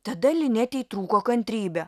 tada linetei trūko kantrybė